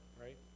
right